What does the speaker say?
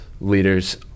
leaders